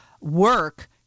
work